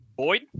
Boyd